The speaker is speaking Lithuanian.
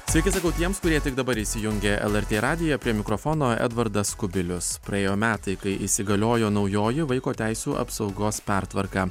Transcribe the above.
sveiki sakau tiems kurie tik dabar įsijungė lrt radiją prie mikrofono edvardas kubilius praėjo metai kai įsigaliojo naujoji vaiko teisių apsaugos pertvarka